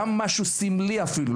גם משהו סמלי אפילו,